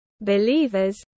believers